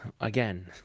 Again